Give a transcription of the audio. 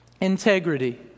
integrity